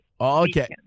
Okay